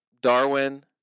Darwin